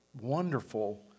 wonderful